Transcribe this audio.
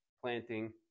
planting